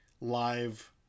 live